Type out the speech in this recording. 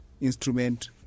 instrument